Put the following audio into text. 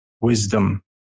wisdom